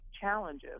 challenges